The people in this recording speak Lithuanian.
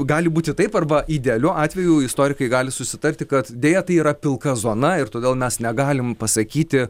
gali būti taip arba idealiu atveju istorikai gali susitarti kad deja tai yra pilka zona ir todėl mes negalim pasakyti